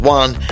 one